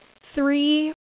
three